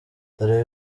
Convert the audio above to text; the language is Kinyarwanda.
dore